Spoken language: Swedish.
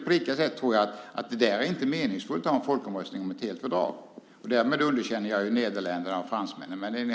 På motsvarande sätt är det inte meningsfullt att ha en folkomröstning om ett helt fördrag, och därmed underkänner jag nederländarnas och fransmännens folkomröstning.